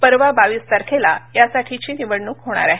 परवा बावीस तारखेला यासाठीची निवडणूक होणार आहे